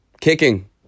kicking